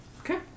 Okay